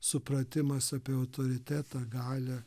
supratimas apie autoritetą galią